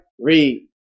Read